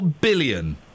billion